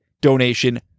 donation